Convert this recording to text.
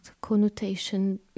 connotation